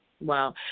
Wow